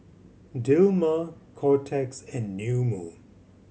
Dilmah Kotex and New Moon